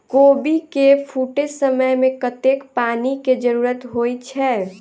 कोबी केँ फूटे समय मे कतेक पानि केँ जरूरत होइ छै?